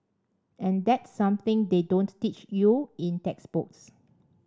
and that's something they don't teach you in textbooks